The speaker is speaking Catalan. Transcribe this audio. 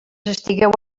estigueu